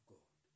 God